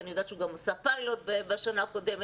כי אני יודעת שהוא גם עשה פיילוט בשנה הקודמת.